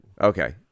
Okay